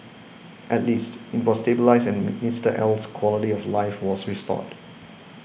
at least it was stabilised and Mister L's quality of life was restored